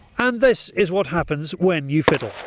and this is what happens when you fiddle.